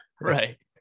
right